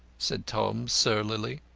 said tom surlily.